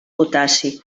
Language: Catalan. potassi